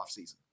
offseason